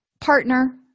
partner